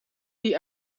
die